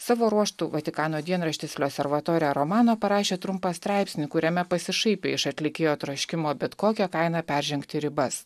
savo ruožtu vatikano dienraštis losservatore romano parašė trumpą straipsnį kuriame pasišaipė iš atlikėjo troškimo bet kokia kaina peržengti ribas